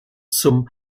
zum